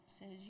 Says